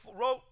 wrote